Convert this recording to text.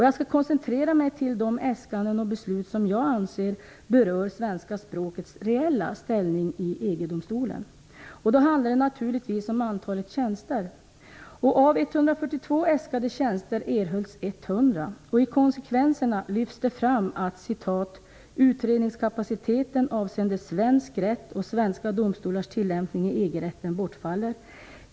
Jag skall koncentrera mig på de äskanden och beslut som jag anser berör svenska språkets reella ställning i EG-domstolen. Det handlar naturligtvis om antalet tjänster. Av 142 äskade tjänster erhölls 100. Man lyfter fram att konsekvenserna av detta blir att utredningskapaciteten avseende svensk rätt och svenska domstolars tillämpning av EG-rätten bortfaller.